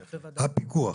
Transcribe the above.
הפיקוח.